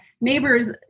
neighbors